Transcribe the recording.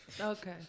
okay